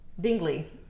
dingley